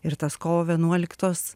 ir tas kovo vienuoliktos